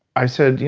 i said, you